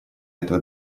этого